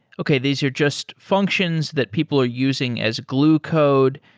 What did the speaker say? okay, these are just functions that people are using as glue code.